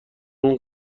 اون